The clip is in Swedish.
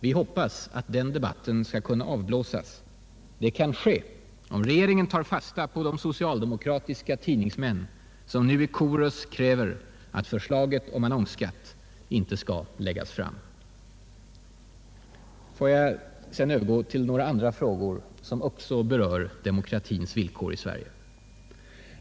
Vi hoppas att den debatten skall kunna avblåsas. Det kan ske om regeringen tar fasta på de socialdemokratiska tidningsmän som nu i korus kräver att förslaget om annonsskatt inte skall läggas fram. Får jag sedan övergå till några andra frågor som också berör demokratins villkor i Sverige.